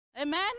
Amen